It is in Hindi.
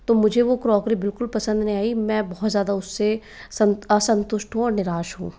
तो मुझे वो क्रॉकरी बिल्कुल पसंद नहीं आई मैं बहुत ज़्यादा उससे सं असंतुष्ट हूँ और निराश हूँ